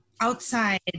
outside